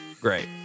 great